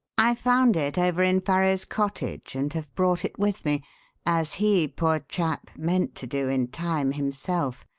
i found it over in farrow's cottage and have brought it with me as he, poor chap, meant to do in time himself.